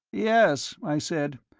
yes, i said.